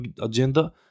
agenda